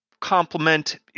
complement